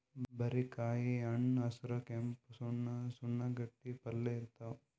ಬಾರಿಕಾಯಿ ಹಣ್ಣ್ ಹಸ್ರ್ ಕೆಂಪ್ ಸಣ್ಣು ಸಣ್ಣು ಗೋಟಿ ಅಪ್ಲೆ ಇರ್ತವ್